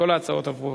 עברה